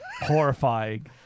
horrifying